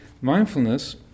mindfulness